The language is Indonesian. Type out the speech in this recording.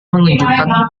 menunjukkan